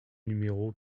numéro